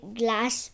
glass